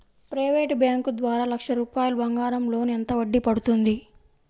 Private bank ద్వారా లక్ష రూపాయలు బంగారం లోన్ ఎంత వడ్డీ పడుతుంది?